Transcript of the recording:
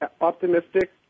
optimistic